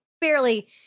barely